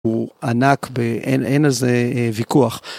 הוא ענק, אין על זה ויכוח.